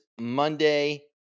Monday